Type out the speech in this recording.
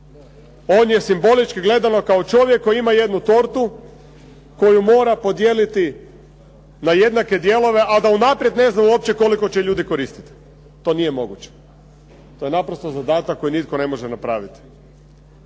On je simbolički gledano kao čovjek koji ima jednu tortu koju mora podijeliti na jednake dijelove a da unaprijed ne zna uopće koliko će ljudi koristiti. To je nije moguće. To je naprosto zadatak koji nitko ne može napraviti.